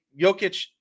Jokic